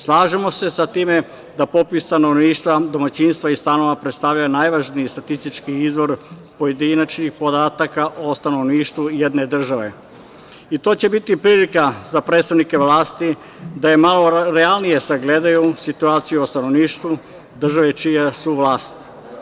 Slažemo se sa time da popis stanovništva, domaćinstva i stanova predstavlja najvažniji statistički izvor pojedinačnih podataka o stanovništvu jedne države, i to će biti prilika za predstavnike vlasti da malo realnije sagledaju situaciju o stanovništvu države čija su vlast.